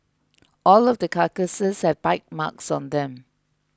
all of the carcasses have bite marks on them